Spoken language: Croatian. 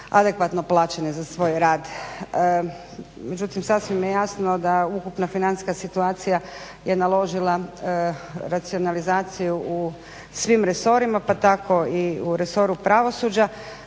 adekvatno plaćeni za svoj rad. Međutim sasvim je jasno da ukupna financijska situacija je naložila racionalizaciju u svim resorima pa tako i u resoru pravosuđa.